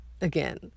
again